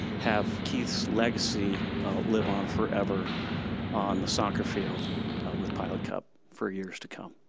have keith's legacy live on forever on the soccer field with pilot cup for years to come.